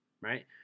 right